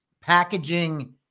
packaging